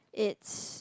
it's